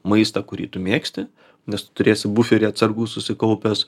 maistą kurį tu mėgsti nes turės buferį atsargų susikaupęs